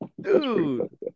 dude